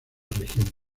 región